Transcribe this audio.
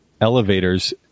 elevators